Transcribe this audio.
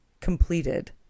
completed